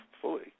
fully